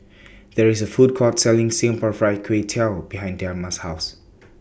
There IS A Food Court Selling Singapore Fried Kway Tiao behind Dema's House